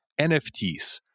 NFTs